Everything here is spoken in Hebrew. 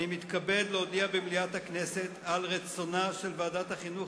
אני מתכבד להודיע במליאת הכנסת על רצונה של ועדת החינוך,